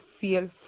feel